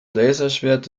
laserschwert